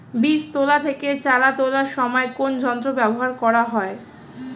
বীজ তোলা থেকে চারা তোলার সময় কোন যন্ত্র ব্যবহার করা হয়?